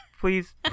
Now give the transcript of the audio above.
please